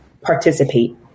participate